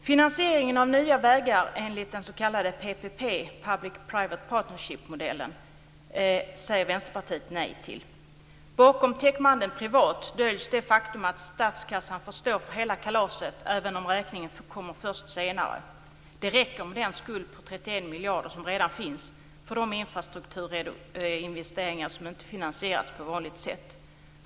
modellen, public-private parnership, säger Vänsterpartiet nej till. Bakom täckmanteln privat döljs det faktum att statskassan får stå för hela kalaset även om räkningen kommer först senare. Det räcker med den skuld på 31 miljarder som redan finns för de infrastrukturinvesteringar som inte finansierats på vanligt sätt.